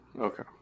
okay